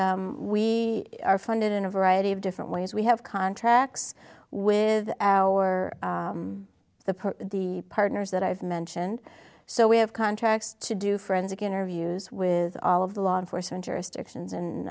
and we are funded in a variety of different ways we have contracts with our the the partners that i've mentioned so we have contracts to do forensic interviews with all of the law enforcement jurisdictions and